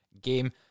game